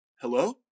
Hello